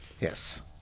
Yes